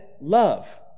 love